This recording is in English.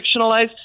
fictionalized